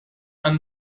and